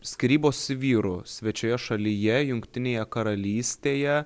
skyrybos su vyru svečioje šalyje jungtinėje karalystėje